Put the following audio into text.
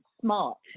smart